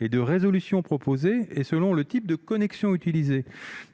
et de résolution proposé et selon le type de connexion utilisé.